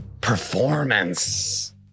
performance